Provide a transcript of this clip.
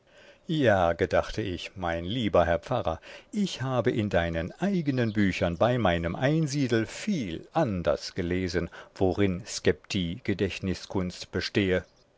ja gedachte ich mein lieber herr pfarrer ich habe in deinen eigenen büchern bei meinem einsiedel viel anders gelesen worin sceptii gedächtnuskunst bestehe